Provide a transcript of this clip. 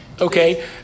Okay